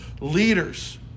leaders